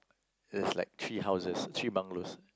there's like three houses three bungalows